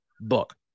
book